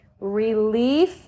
relief